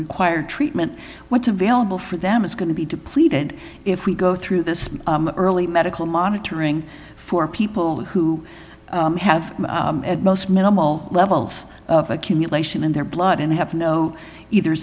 require treatment what's available for them is going to be depleted if we go through this early medical monitoring for people who have at most minimal levels of accumulation in their blood and have no either